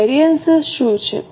variance શું છે